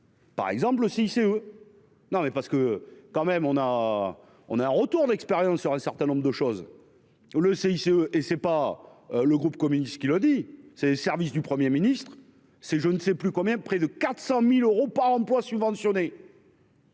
Par exemple le CICE. Non mais parce que quand même on a on a un retour d'expérience sur un certain nombre de choses. Le CICE et c'est pas le groupe communiste qui le dit c'est services du Premier ministre, c'est je ne sais plus combien. Près de 400.000 euros par emploi subventionné.